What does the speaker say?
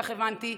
כך הבנתי,